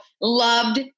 loved